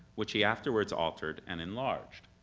which he afterwards altered and enlarged.